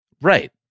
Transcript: Right